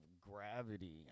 gravity